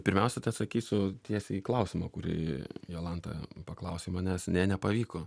pirmiausia tai atsakysiu tiesiai į klausimą kurį jolanta paklausei manęs ne nepavyko